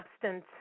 substance